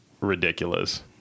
ridiculous